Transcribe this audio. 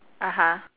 (uh huh)